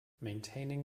maintaining